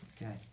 Okay